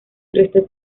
restos